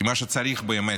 שצריך באמת.